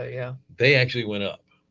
ah yeah. they actually went up.